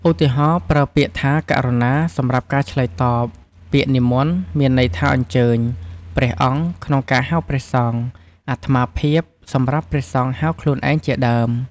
ឧទាហរណ៍ ប្រើពាក្យថា "ករុណា" សម្រាប់ការឆ្លើយតប ពាក្យ"និមន្ត" មានន័យថា អញ្ជើញ "ព្រះអង្គ" ក្នុងការហៅព្រះសង្ឃ "អាត្មាភាព" សម្រាប់ព្រះសង្ឃហៅខ្លួនឯង ជាដើម។